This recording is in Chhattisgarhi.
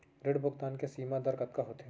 ऋण भुगतान के सीमा दर कतका होथे?